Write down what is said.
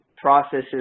processes